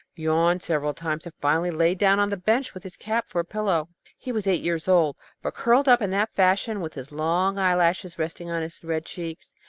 yawned several times, and finally lay down on the bench with his cap for a pillow. he was eight years old, but curled up in that fashion, with his long eyelashes resting on his red cheeks,